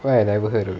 why I never heard of it